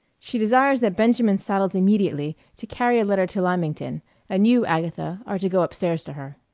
she desires that benjamin saddles immediately, to carry a letter to lymington and you, agatha, are to go up stairs to her.